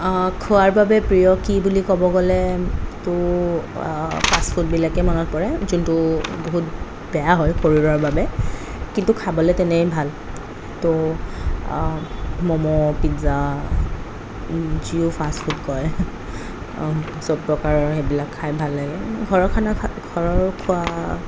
খোৱাৰ বাবে প্ৰিয় কি বুলি ক'ব গ'লে তৌ ফাস্টফুডবিলাকে মনত পৰে যোনটো বহুত বেয়া হয় শৰীৰৰ বাবে কিন্তু খাবলৈ তেনেই ভাল তৌ ম'ম' পিজ্জা যিয়ো ফাস্ট ফুড কয় চ'ব প্ৰকাৰৰ সেইবিলাক খায় ভাল লাগে ঘৰৰ খানা ঘৰৰ খোৱা